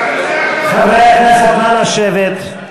חברי הכנסת, נא לשבת.